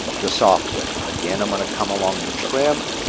the software. again, i'm going to come along and trim.